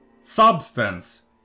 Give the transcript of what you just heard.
substance